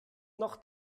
noch